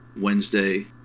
Wednesday